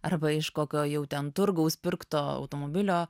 arba iš kokio jau ten turgaus pirkto automobilio